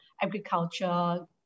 agriculture